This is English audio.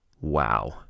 Wow